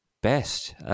best